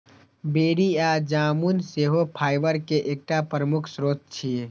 बेरी या जामुन सेहो फाइबर के एकटा प्रमुख स्रोत छियै